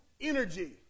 energy